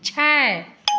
छै